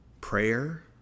prayer